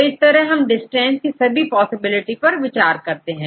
तो इस तरह यहां हम डिस्टेंस की सभी पॉसिबिलिटी पर विचार करते हैं